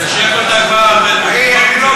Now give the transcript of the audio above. אמן.